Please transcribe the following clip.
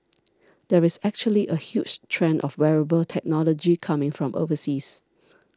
there is actually a huge trend of wearable technology coming from overseas